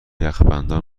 یخبندان